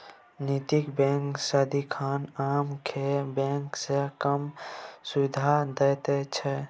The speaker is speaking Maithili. नैतिक बैंक सदिखन आम बैंक सँ कम सुदि दैत छै